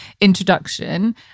introduction